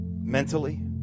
mentally